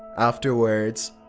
afterwards,